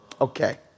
Okay